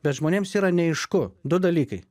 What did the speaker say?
bet žmonėms yra neaišku du dalykai